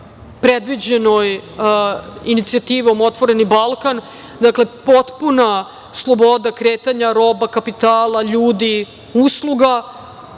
predviđenoj inicijativom „Otvoreni Balkan“, dakle potpuna sloboda kretanja roba, kapitala ljudi, usluga,